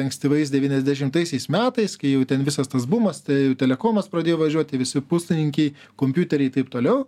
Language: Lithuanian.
ankstyvais devyniasdešimtaisiais metais kai jau ten visas tas bumas tai telekomas pradėjo važiuoti visi puslaidininkiai kompiuteriai taip toliau